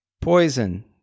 Poison